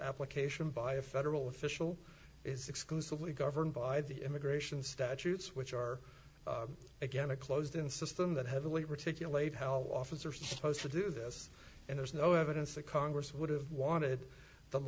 application by a federal official is exclusively governed by the immigration statutes which are again a closed in system that heavily particularly how officers are supposed to do this and there's no evidence that congress would have wanted